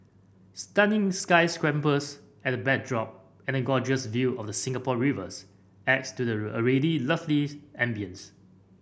stunning sky scrapers at the backdrop and a gorgeous view of the Singapore Rivers adds to the already lovely ambience